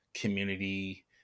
community